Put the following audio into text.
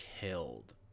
killed